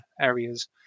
areas